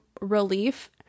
relief